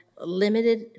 limited